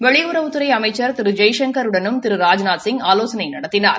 வெளியுறவுத்துறை அமைச்சா் திரு ஜெயசங்கருடனும் திரு ராஜ்நாத்சிங் ஆலேசானை நடத்தினார்